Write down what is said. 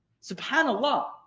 SubhanAllah